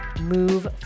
move